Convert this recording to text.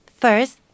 First